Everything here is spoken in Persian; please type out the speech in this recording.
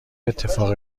اتفاقی